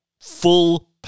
full